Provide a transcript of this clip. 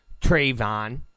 Trayvon